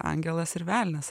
angelas ir velnias